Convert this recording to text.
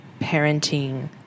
parenting